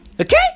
Okay